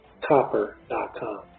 copper.com